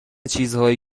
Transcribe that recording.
چیزهایی